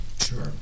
Sure